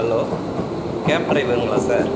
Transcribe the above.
hello cab ட்ரைவருங்களா sir